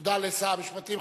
תודה לשר המשפטים.